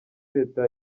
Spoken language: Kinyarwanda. leta